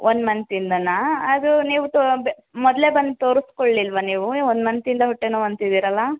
ಒಂದು ಮಂತಿಂದನಾ ಅದು ನೀವು ಮೊದಲೇ ಬಂದು ತೋರಿಸ್ಕೊಳ್ಲಿಲ್ವಾ ನೀವು ಒಂದು ಮಂತಿಂದ ಹೊಟ್ಟೆ ನೋವು ಅಂತಿದೀರಲ್ಲ